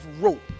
rope